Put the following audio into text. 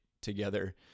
together